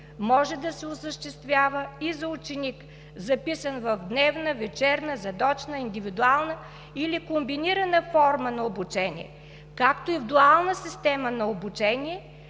може да се осъществява и за ученик, записан в дневна, вечерна, задочна, индивидуална или комбинирана форма на обучение, както и в дуална система на обучение,